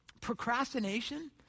procrastination